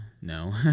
No